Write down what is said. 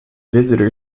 visitor